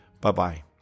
Bye-bye